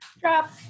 drop